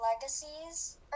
Legacies